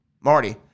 Marty